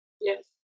Yes